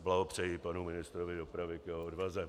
Blahopřeji panu ministrovi dopravy k jeho odvaze.